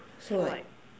so like